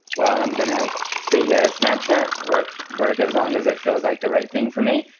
well, i'm going to stay here at snapchat, work work as long as it feels like the right thing for me,